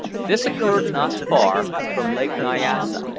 this occurred not far from lake nyassa,